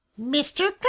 Mr